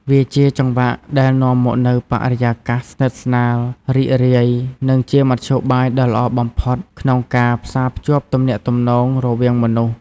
វាជាចង្វាក់ដែលនាំមកនូវបរិយាកាសស្និទ្ធស្នាល រីករាយ និងជាមធ្យោបាយដ៏ល្អបំផុតក្នុងការផ្សារភ្ជាប់ទំនាក់ទំនងរវាងមនុស្ស។